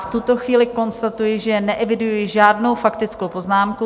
V tuto chvíli konstatuji, že neeviduji žádnou faktickou poznámku.